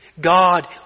God